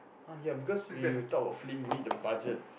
ah ya because when you talk about film you need the budget